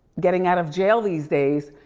getting out of jail these days,